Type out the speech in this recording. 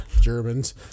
Germans